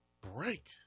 break